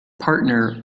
partner